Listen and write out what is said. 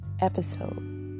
episode